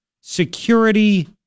security